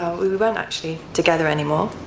ah we we weren't actually together anymore,